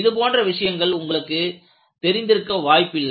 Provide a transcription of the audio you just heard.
இது போன்ற விஷயங்கள் உங்களுக்குத் தெரிந்திருக்க வாய்ப்பு இல்லை